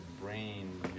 brain